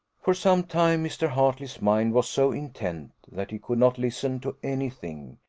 for some time mr. hartley's mind was so intent that he could not listen to any thing,